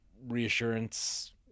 reassurance